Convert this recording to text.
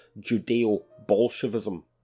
Judeo-Bolshevism